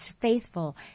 faithful